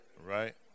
right